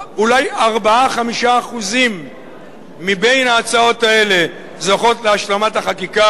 אולי 4% 5% מבין ההצעות האלה זוכות להשלמת החקיקה.